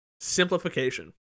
Simplification